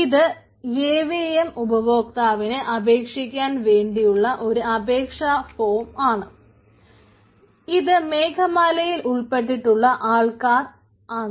ഇത് എവിഎം ഉപഭോക്താവിന് അപേക്ഷിക്കാൻ വേണ്ടിയുള്ള ഒരു അപേക്ഷ ഫോം ആണ് ഇത് മേഘമാലയിൽ ഉൾപ്പെട്ടിട്ടുള്ള ആൾക്കാർ ആണ്